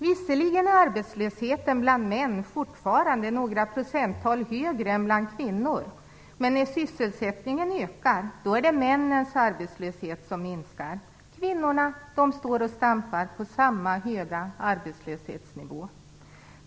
Visserligen är arbetslösheten bland män fortfarande några procenttal högre än bland kvinnor. Men när sysselsättningen ökar, minskar männens arbetslöshet. Kvinnorna står och stampar på samma höga arbetslöshetsnivå.